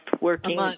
working